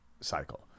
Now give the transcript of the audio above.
cycle